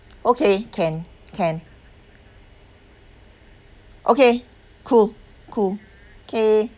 okay can can okay cool cool okay